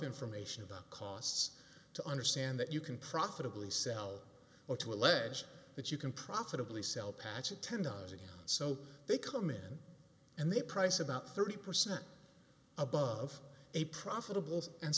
information about costs to understand that you can profitably sell or to allege that you can profitably sell pacha ten dollars and so they come in and they price about thirty percent above a profitable and